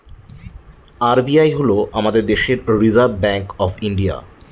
RBI হল আমাদের দেশের রিসার্ভ ব্যাঙ্ক অফ ইন্ডিয়া